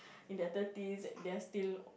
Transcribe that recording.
in their thirties they are still